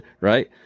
right